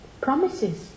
Promises